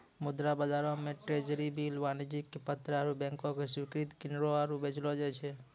मुद्रा बजारो मे ट्रेजरी बिल, वाणिज्यक पत्र आरु बैंको के स्वीकृति किनलो आरु बेचलो जाय छै